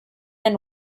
and